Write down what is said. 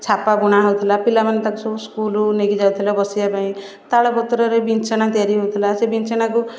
ଛାପା ବୁଣା ହେଉଥିଲା ପିଲାମାନେ ତା'କୁ ସବୁ ସ୍କୁଲକୁ ନେଇକି ଯାଉଥିଲେ ବସିବା ପାଇଁ ତାଳପତ୍ରରେ ବିଞ୍ଚଣା ତିଆରି ହେଉଥିଲା ସେ ବିଞ୍ଚଣାକୁ